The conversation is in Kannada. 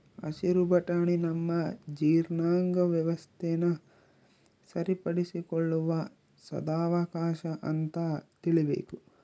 ಹಸಿರು ಬಟಾಣಿ ನಮ್ಮ ಜೀರ್ಣಾಂಗ ವ್ಯವಸ್ಥೆನ ಸರಿಪಡಿಸಿಕೊಳ್ಳುವ ಸದಾವಕಾಶ ಅಂತ ತಿಳೀಬೇಕು